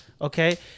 Okay